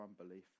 unbelief